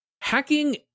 hacking